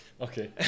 Okay